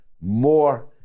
more